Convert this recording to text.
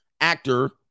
actor